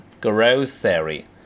grocery